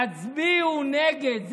תצביעו נגד.